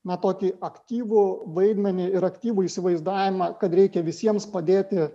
na tokį aktyvų vaidmenį ir aktyvų įsivaizdavimą kad reikia visiems padėti